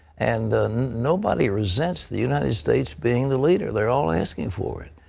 and nobody resents the united states being the leader. they're all asking for it.